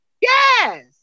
yes